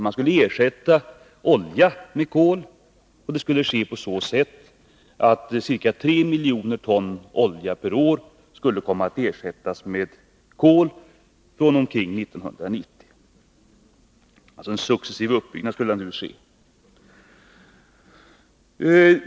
Man skulle ersätta olja med kol, och det skulle ske på så sätt att ca 3 miljoner ton olja per år successivt skulle ersättas med kol.